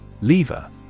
Lever